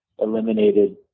eliminated